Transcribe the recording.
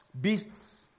beasts